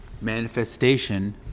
Manifestation